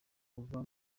uva